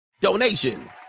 donation